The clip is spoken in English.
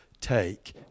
take